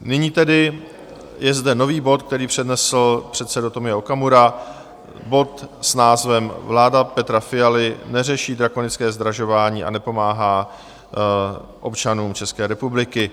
Nyní tedy je zde nový bod, který přednesl předseda Tomio Okamura, bod s názvem Vláda Petra Fialy neřeší dramatické zdražování a nepomáhá občanům České republiky.